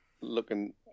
looking